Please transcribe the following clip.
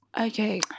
Okay